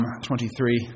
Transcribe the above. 23